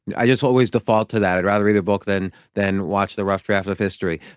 i just always default to that, i'd rather read a book than than watch the rough draft of history,